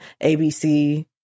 ABC